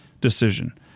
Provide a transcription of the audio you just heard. decision